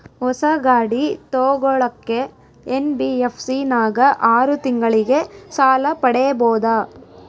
ಹೊಸ ಗಾಡಿ ತೋಗೊಳಕ್ಕೆ ಎನ್.ಬಿ.ಎಫ್.ಸಿ ನಾಗ ಆರು ತಿಂಗಳಿಗೆ ಸಾಲ ಪಡೇಬೋದ?